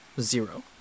zero